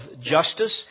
justice